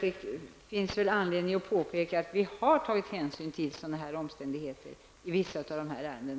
Det finns anledning att påpeka att vi har tagit hänsyn till omständigheter av den här typen vid bedömningen av vissa av dessa ärenden.